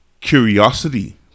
curiosity